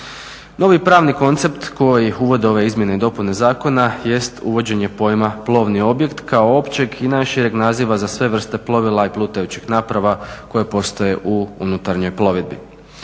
Novi pravni koncept koji uvode ove izmjene i dopuna zakona jest uvođenje pojma plovni objekt kao općeg i najšireg naziva za sve vrste plovila i plutajućih naprava koje postoje u unutarnjoj plovidbi.